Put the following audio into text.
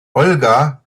olga